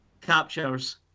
captures